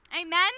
Amen